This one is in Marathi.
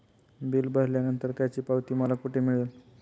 बिल भरल्यानंतर त्याची पावती मला कुठे मिळेल?